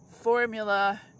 formula